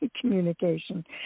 communication